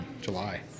July